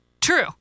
True